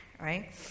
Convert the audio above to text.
right